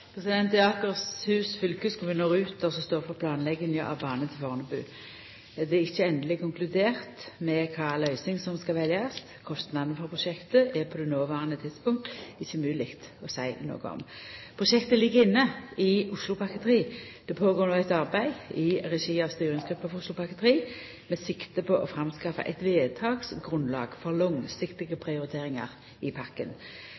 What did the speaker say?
og Ruter som står for planlegginga av bane til Fornebu. Det er ikkje endeleg konkludert med kva løysing som skal veljast. Kostnadene for prosjektet er det på det noverande tidspunkt ikkje mogleg å seia noko om. Prosjektet ligg inne i Oslopakke 3. Det pågår no eit arbeid i regi av styringsgruppa for Oslopakke 3 med sikte på å framskaffa eit vedtaksgrunnlag for langsiktige prioriteringar i